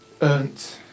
earned